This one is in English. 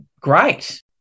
great